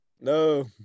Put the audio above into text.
No